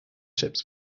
ships